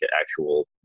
actual